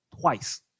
twice